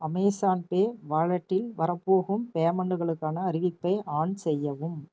Amazon pay வாலெட்டில் வரப்போகும் பேமண்ட்டுகளுக்கான அறிவிப்பை ஆன் செய்யவும்